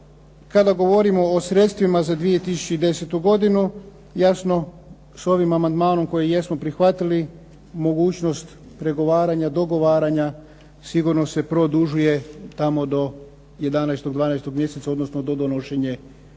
Kada govorimo o sredstvima za 2010. godinu, jasno s ovim amandmanom koji smo prihvatili mogućnost pregovaranja, dogovaranja sigurno se produžuje tamo do 11.,12. mjeseca, odnosno do donošenja državnog